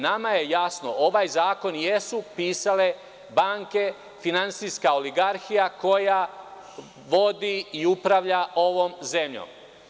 Nama je jasno, ovaj zakon jesu pisale banke, finansijska oligarhija koja vodi i upravlja ovom zemljom.